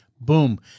Boom